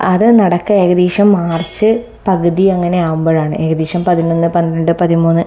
അത് നടക്കുക ഏകദേശം മാർച്ച് പകുതി അങ്ങനെയാകുമ്പോഴാണ് ഏകദേശം പതിനൊന്ന് പന്ത്രണ്ട് പതിമൂന്ന്